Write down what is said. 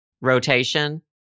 rotation